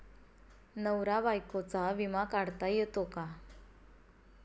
नवरा बायकोचा विमा काढता येतो का?